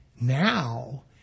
now